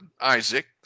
Isaac